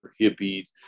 hippies